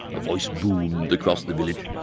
a voice boomed across the village.